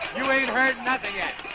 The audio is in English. you ain't heard nothing yet.